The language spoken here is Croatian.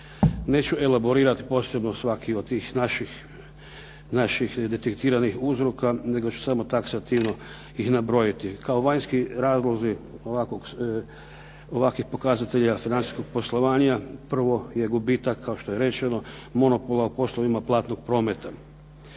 Neću elaborirati posebno svaki od tih naših detektiranih usluga nego ću samo taksativno ih nabrojiti. Kao vanjski razlozi ovakvih pokazatelja financijskog poslovanja prvo je gubitak kao što je rečeno monopola u poslovima platnog prometa,